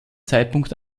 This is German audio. zeitpunkt